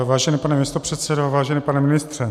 Vážený pane místopředsedo, vážený pane ministře.